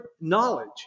knowledge